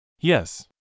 Yes